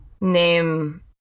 name